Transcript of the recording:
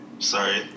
Sorry